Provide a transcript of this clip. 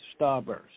Starburst